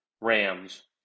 Rams